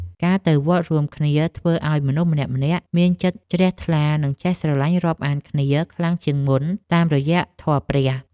ការទៅវត្តរួមគ្នាធ្វើឱ្យមនុស្សម្នាក់ៗមានចិត្តជ្រះថ្លា និងចេះស្រឡាញ់រាប់អានគ្នាខ្លាំងជាងមុនតាមរយៈធម៌ព្រះ។